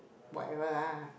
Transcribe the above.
whatever lah